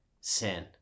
sin